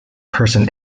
person